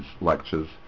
lectures